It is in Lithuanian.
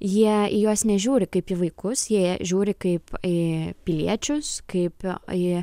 jie į juos nežiūri kaip į vaikus jie žiūri kaip į piliečius kaip į